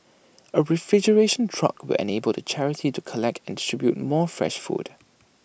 A refrigeration truck will enable the charity to collect and distribute more fresh food